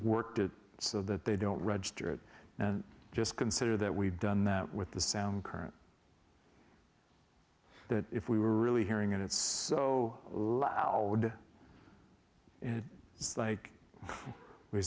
worked it so that they don't register it and just consider that we've done that with the sound current that if we were really hearing it it's so loud it's like we